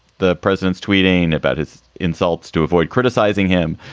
the president's tweeting about his insults to avoid criticizing him,